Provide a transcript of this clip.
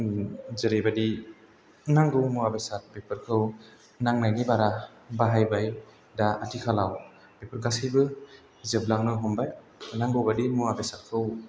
जेरैबायदि नांगौ मुङा बेसाद बेफोरखौ नांनायनि बारा बाहायबाय दा आथिखालाव बेफोर गासैबो जोबलांनो हमबाय नांगौ बायदि मुवा बेसादखौ